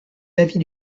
l’avis